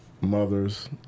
mothers